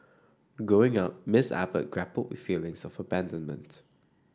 Growing Up Miss Abbott grappled with feelings of abandonment